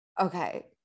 Okay